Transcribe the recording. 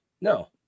no